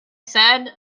said